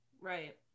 right